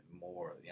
more